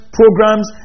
programs